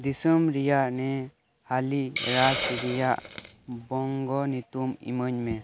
ᱫᱤᱥᱚᱢ ᱨᱮᱭᱟᱜ ᱱᱮ ᱦᱟᱹᱞᱤ ᱨᱟᱡ ᱨᱮᱭᱟᱜ ᱵᱚᱝᱜᱚ ᱧᱩᱛᱩᱢ ᱤᱢᱟᱹᱧ ᱢᱮ